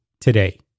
today